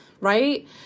right